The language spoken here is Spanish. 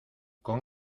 con